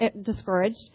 discouraged